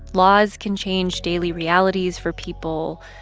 laws can change daily realities for people,